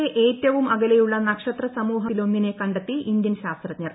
പ്രപഞ്ചത്തിലെ ഏറ്റവും അകലെയുള്ള നക്ഷത്ര സമൂഹത്തിലൊന്നിനെ കണ്ടെത്തി ഇന്ത്യൻ ശാസ്ത്രജ്ഞർ